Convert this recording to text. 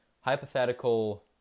hypothetical